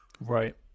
Right